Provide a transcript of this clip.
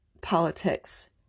politics